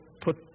put